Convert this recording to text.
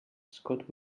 scott